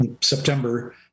September